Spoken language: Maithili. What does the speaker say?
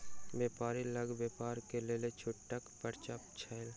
व्यापारी लग व्यापार के लेल छूटक पर्चा छल